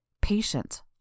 patient